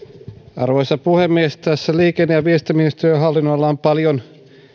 arvoisa puhemies tällä liikenne ja viestintäministeriön hallinnonalalla on paljon